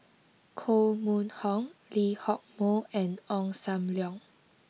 Koh Mun Hong Lee Hock Moh and Ong Sam Leong